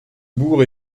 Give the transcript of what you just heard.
bourg